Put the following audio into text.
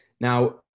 Now